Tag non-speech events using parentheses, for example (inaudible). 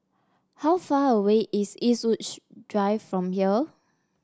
how far away is Eastwood (unintelligible) Drive from here